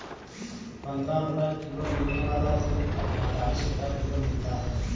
पंद्रह रुपए किलो मिलने वाला दूध अब पैंतालीस रुपए किलो मिलता है